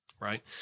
Right